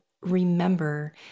remember